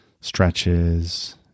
stretches